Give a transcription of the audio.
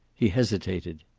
he hesitated.